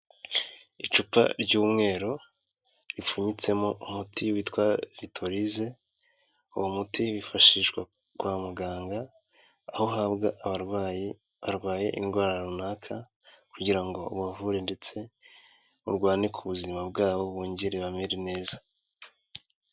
Icupa ry'umweru ripfunyitsemo umuti witwa Victolize, uwo muti wifashishwa kwa muganga, aho uhabwa abarwayi barwaye indwara runaka kugira ngo ubavure ndetse urwane k'ubuzima bwabo bongere bamere neza.